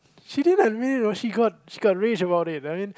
she didn't admit it you know she got she got rage about it I mean